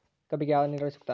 ಕಬ್ಬಿಗೆ ಯಾವ ನೇರಾವರಿ ಸೂಕ್ತ?